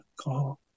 call